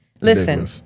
Listen